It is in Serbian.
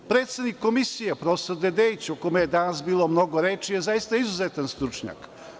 Predsednik Komisije, prof. Dedeić, o kome je danas bilo mnogo reči, je zaista izuzetan stručnjak.